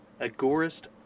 Agorist